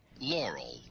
Laurel